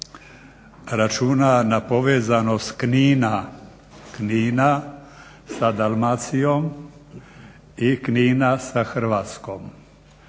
računa na povezanost Knina sa Dalmacijom i Knina sa Hrvatskom.